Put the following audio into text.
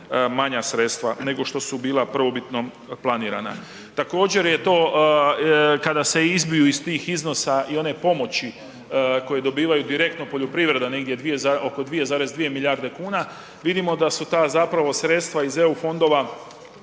manja sredstva nego što su bila prvobitnom planirana. Također, je to kada se izbiju iz tih iznosa i one pomoći koje dobivaju direktno poljoprivreda negdje oko 2,2 milijarde kuna vidimo da su ta zapravo sredstva iz EU fondova